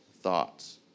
thoughts